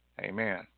Amen